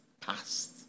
past